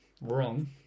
wrong